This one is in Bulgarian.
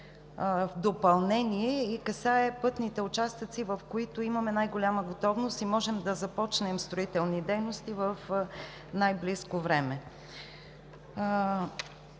е допълнение и касае пътните участъци, в които имаме най-голяма готовност и можем да започнем строителни дейности в най-близко време.